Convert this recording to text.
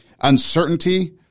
uncertainty